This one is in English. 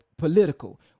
political